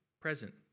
Present